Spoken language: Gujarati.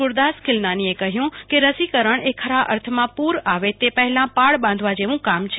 ગુરૂદાસ ખીલનાનીએ કહું કે રસીકરણ ખરા અર્થમાં પુર આવે તે પહેલા પાળ બાંધવા જેવું કામ છે